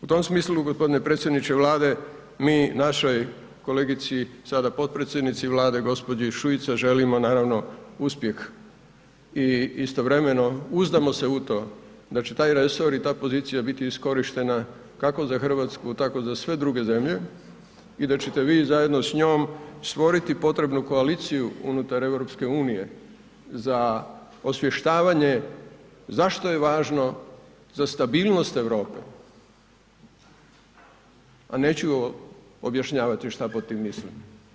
U tom smislu gospodine predsjedniče Vlade mi našoj kolegici, sada potpredsjednici Vlade, gđi. Šuici želimo naravno uspjeh i istovremeno uzdamo se u to da će taj resor i ta pozicija biti iskorištena kako za Hrvatsku tako i za sve druge zemlje i da ćete vi zajedno s njom stvoriti potrebnu koaliciju unutar EU za osvještavanje zašto je važno za stabilnost Europe a neću objašnjavati šta pod tim mislim.